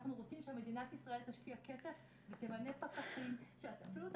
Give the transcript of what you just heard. אנחנו רוצים שמדינת ישראל תשקיע כסף ותמנה פקחים שאפילו את